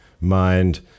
mind